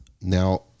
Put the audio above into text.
Now